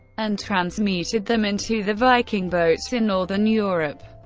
and transmuted them into the viking boats in northern europe.